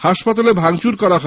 হাসপাতালে ভাঙচুর করা হয়